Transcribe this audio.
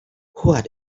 what